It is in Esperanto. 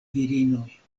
virinoj